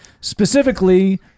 Specifically